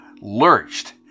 lurched